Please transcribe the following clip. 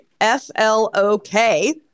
F-L-O-K